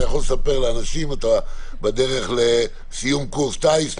אתה יכול לספר לאנשים, אתה בדרך לסיום קורס טיס.